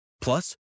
plus